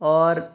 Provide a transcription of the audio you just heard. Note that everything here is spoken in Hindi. और